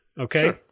okay